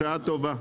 בשעה טובה.